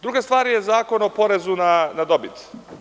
Druga stvar je Zakon o porezu na dobit.